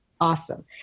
awesome